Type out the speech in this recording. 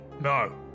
No